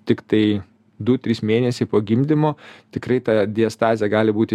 tiktai du trys mėnesiai po gimdymo tikrai ta diastazė gali būti